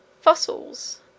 Fossils